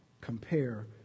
compare